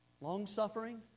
long-suffering